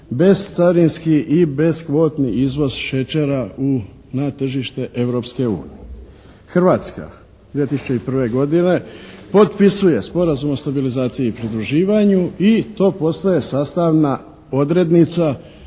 bescarinski i beskvotni izvoz šećera u, na tržište Europske unije. Hrvatska 2001. godine potpisuje Sporazum o stabilizaciji i pridruživanju i to postaje sastavna odrednica